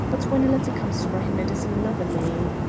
but when a letter comes for him it is in another name.